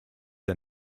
are